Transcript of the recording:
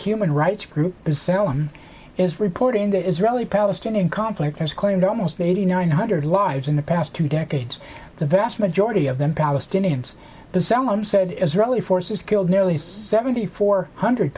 human rights group b'tselem is reporting that israeli palestinian conflict has claimed almost eighty nine hundred lives in the past two decades the vast majority of them palestinians the someone said israeli forces killed nearly seventy four hundred